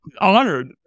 Honored